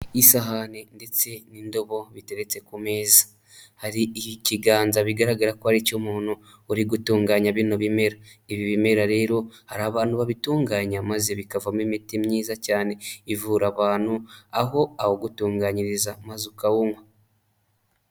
Isahani ndetse n'indobo biteretse ku meza, hari ikiganza bigaragara ko ari icy'umuntu uri gutunganya bino bimera, ibi bimera rero hari abantu babitunganya maze bikavaomo imiti myiza cyane, ivura abantu aho awugutunganyiriza maze ukawunywa.